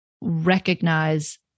recognize